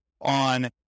on